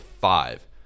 five